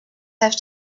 have